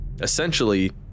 essentially